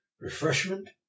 refreshment